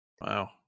Wow